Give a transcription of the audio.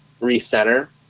recenter